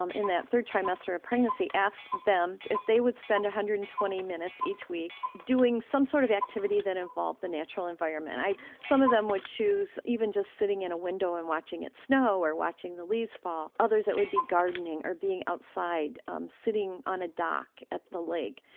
um in that third trimester of pregnancy, asked them if they would spend one hundred and twenty minutes each week doing some sort of activity that involved the natural environment. some of them would choose even just sitting in a window and watching it snow, or watching the leaves fall. others it would be gardening or being outside um sitting on a dock at the lake.